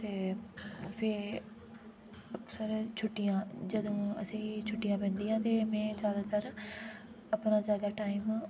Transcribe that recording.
ते फिर अक्सर छुट्टियां जदूं असें गी छुट्टियां पेंदियां ते में जादैतर अपना जादा टाइम